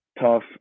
Tough